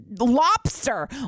lobster